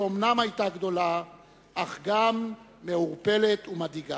שאומנם היתה גדולה אך גם מעורפלת ומדאיגה.